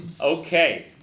okay